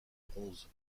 bronzes